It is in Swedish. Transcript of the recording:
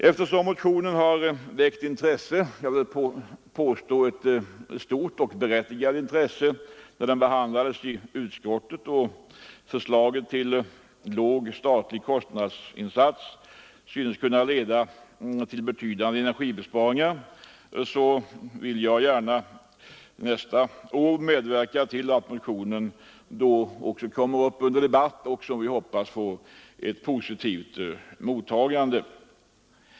Eftersom motionen har väckt intresse — ett stort och berättigat intresse, vill jag påstå — när den behandlades i utskottet och förslaget med en låg statlig kostnadsinsats synes kunna leda till betydande energibesparingar, vill jag gärna nästa år medverka till att det också då kommer upp till debatt och, som jag hoppas, får ett positivt mottagande.